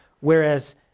whereas